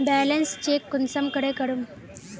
Balance check कुंसम करे करूम?